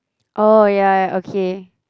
oh ya ya okay